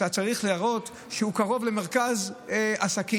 אתה צריך להראות שהוא קרוב למרכז עסקים,